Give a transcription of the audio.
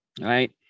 Right